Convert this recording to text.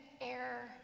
air